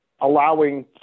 allowing